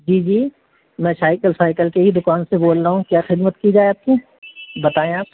جی جی میں cycle cycle کے ہی دکان سے بول رہا ہوں کیا خدمت کی جائے آپ کی بتائیں آپ